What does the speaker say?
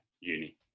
uni